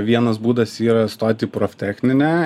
vienas būdas yra stoti į proftechninę